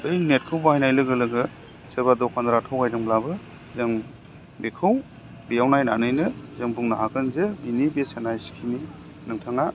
बै नेटखौ बाहायनाय लोगो लोगो सोरबा दखानदारा थगायदोंब्लाबो जों बेखौ बेयाव नायनानैनो जों बुंनो हागोन जे बिनि बेसेना इसेखिनि नोंथाङा